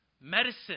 medicine